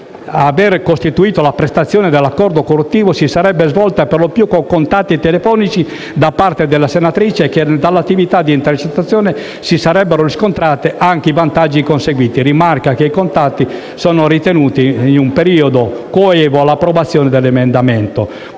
aver costituito la prestazione dell'accordo corruttivo si sarebbe svolta per lo più con contatti telefonici da parte della senatrice e che dall'attività di intercettazione si sarebbero riscontrati anche i vantaggi conseguiti; si rimarca che i contatti sono avvenuti in periodo coevo all'approvazione di un emendamento